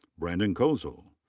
brandon kozel.